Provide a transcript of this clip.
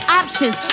options